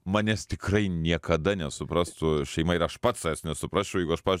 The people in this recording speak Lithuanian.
manęs tikrai niekada nesuprastų šeima ir aš pats savęs nesuprasčiau jeigu aš pavyzdžiui